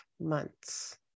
months